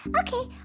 okay